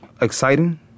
exciting